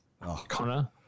Connor